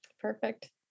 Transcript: Perfect